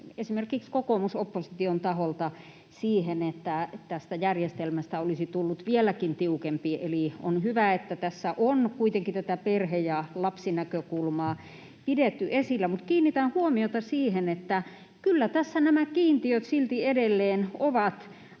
esimerkiksi kokoomusopposition taholta — myös siihen, että tästä järjestelmästä olisi tullut vieläkin tiukempi. Eli on hyvä, että tässä on kuitenkin tätä perhe- ja lapsinäkökulmaa pidetty esillä. Mutta kiinnitän huomiota siihen, että kyllä tässä nämä kiintiöt silti edelleen ovat